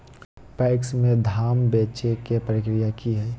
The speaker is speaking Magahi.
पैक्स में धाम बेचे के प्रक्रिया की हय?